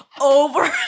over